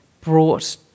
brought